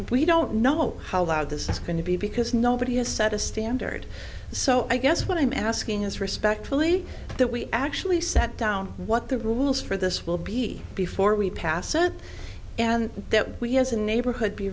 we don't know how loud this is going to be because nobody has set a standard so i guess what i'm asking is respectfully that we actually set down what the rules for this will be before we pass out and that we as a neighborhood be